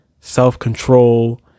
self-control